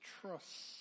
trust